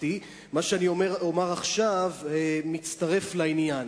משפחתי ומה שאומר עכשיו מצטרף לעניין.